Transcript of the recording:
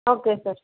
okay sir